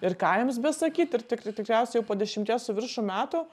ir ką jums besakyt ir tikr tikriausiai jau po dešimties su viršum metų